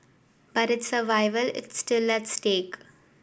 but its survival is still stake